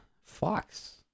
Fox